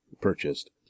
purchased